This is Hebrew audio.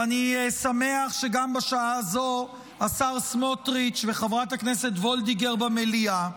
ואני שמח שגם בשעה הזאת השר סמוטריץ' וחברת הכנסת וולדיגר במליאה,